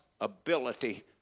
ability